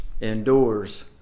endures